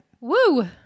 Woo